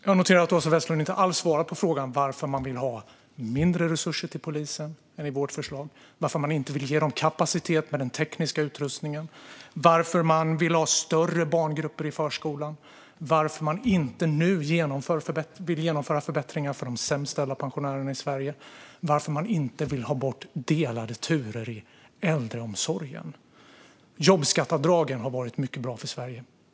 Fru talman! Jag noterar att Åsa Westlund inte alls svarar på frågan varför de jämfört med vårt förslag vill ha mindre resurser till polisen, varför de inte vill ge polisen kapacitet genom teknisk utrustning, varför de vill ha större barngrupper i förskolan, varför de inte nu vill genomföra förbättringar för de sämst ställda pensionärerna i Sverige och varför de inte vill ha bort delade turer i äldreomsorgen. Jobbskatteavdragen har varit mycket bra för Sverige.